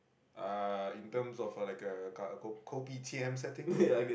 uh in terms of a like a ka~ kopitiam setting